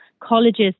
colleges